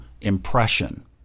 impression